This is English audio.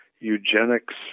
eugenics